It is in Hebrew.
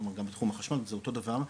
בתחום החשמל זה אותו דבר,